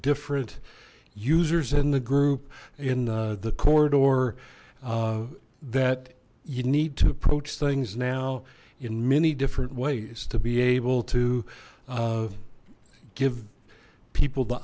different users in the group in the corridor that you need to approach things now in many different ways to be able to give people the